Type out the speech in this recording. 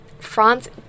France